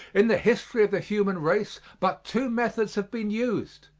in the history of the human race but two methods have been used.